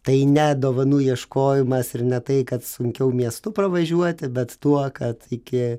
tai ne dovanų ieškojimas ir ne tai kad sunkiau miestu pravažiuoti bet tuo kad iki